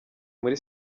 muri